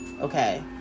Okay